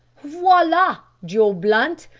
voila! joe blunt.